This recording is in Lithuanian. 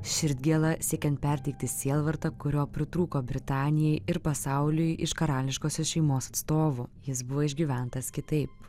širdgėla siekiant perteikti sielvartą kurio pritrūko britanijai ir pasauliui iš karališkosios šeimos atstovų jis buvo išgyventas kitaip